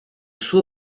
suo